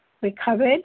recovered